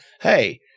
hey